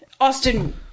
Austin